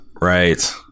Right